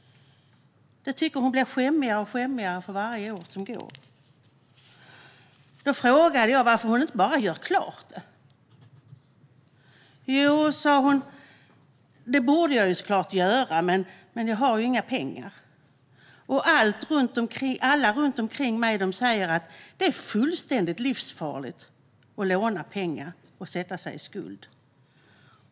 Det tycker hon blir skämmigare och skämmigare för varje år som går. Jag frågade varför hon inte bara gör klart det. Jo, sa hon, det borde jag såklart göra, men jag har inga pengar, och alla runt omkring mig säger att det är fullständigt livsfarligt att låna pengar och sätta sig i skuld.